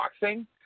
boxing